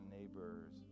neighbors